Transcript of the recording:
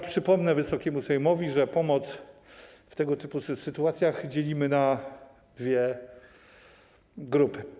Ja przypomnę Wysokiemu Sejmowi, że pomoc w tego typu sytuacjach dzielimy na dwie grupy.